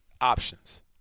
options